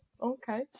okay